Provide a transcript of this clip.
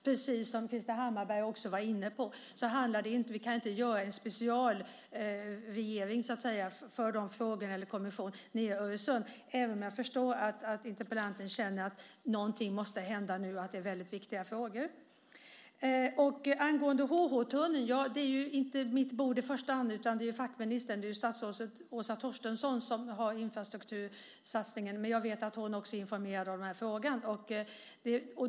Precis som Krister Hammarbergh var inne på kan vi inte göra en specialkommission för Öresund om de frågorna, även om jag förstår att interpellanten känner att någonting måste hända nu och att det är väldigt viktiga frågor. Angående HH-tunneln är det inte mitt bord i första hand, utan det är fackministern statsrådet Åsa Torstensson som har infrastruktursatsningen. Jag vet att hon också är informerad om den här frågan.